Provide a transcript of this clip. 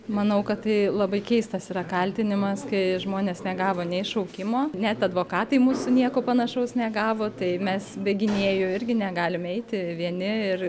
manau kad tai labai keistas yra kaltinimas kai žmonės negavo nei šaukimo net advokatai mūsų nieko panašaus negavo tai mes be gynėjų irgi negalime eiti vieni ir